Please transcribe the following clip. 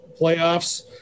playoffs